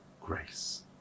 grace